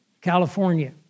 California